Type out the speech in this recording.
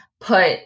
put